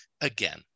again